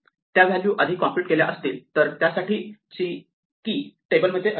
त्या व्हॅल्यू आधी कॉम्प्युट केल्या असतील तर त्यासाठीची की टेबल मध्ये असते